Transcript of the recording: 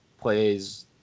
plays